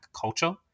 culture